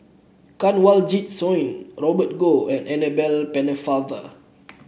Kanwaljit Soin Robert Goh and Annabel Pennefather